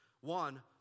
One